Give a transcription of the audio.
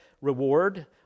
reward